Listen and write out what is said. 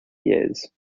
years